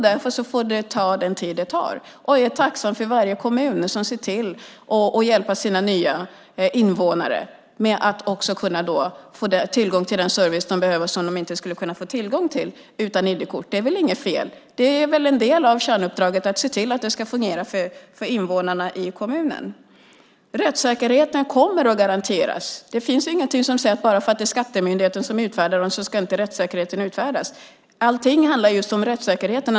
Därför får det ta den tid det tar. Jag är tacksam för varje kommun som ser till att hjälpa sina nya invånare med att få tillgång till den service de behöver och som de inte skulle få tillgång till utan ID-kort. Det är väl inget fel. Det är väl en del av kärnuppdraget att se till att det ska fungera för invånarna i kommunen. Rättssäkerheten kommer att garanteras. Det finns inget som säger att bara för att det är skattemyndigheten som utfärdar ID-korten så blir det ingen rättssäkerhet. Allting handlar om rättssäkerheten.